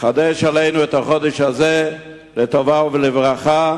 חדש עלינו את החודש הזה לטובה ולברכה,